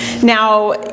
Now